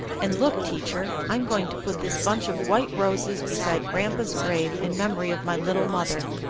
and look, teacher, i'm going to put this bunch of white roses beside grandpa's grave in memory of my little mother.